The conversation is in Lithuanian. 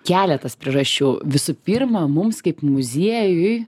keletas priežasčių visų pirma mums kaip muziejui